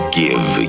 give